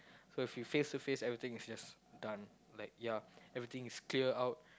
so if you face to face everything is just done like ya everything is clear out